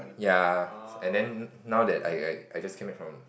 ya and then now that I I I just came back from